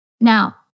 Now